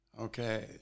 Okay